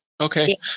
Okay